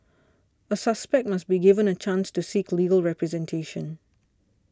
a suspect must be given a chance to seek a legal representation